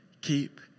keep